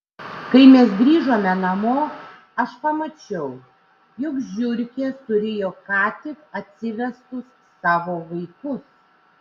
kai mes grįžome namo aš pamačiau jog žiurkė surijo ką tik atsivestus savo vaikus